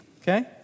okay